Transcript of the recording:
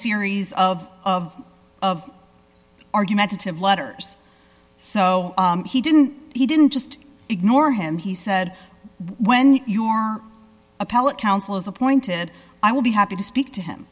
series of of of argumentative letters so he didn't he didn't just ignore him he said when you are appellate counsel is appointed i would be happy to speak to him